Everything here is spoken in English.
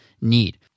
need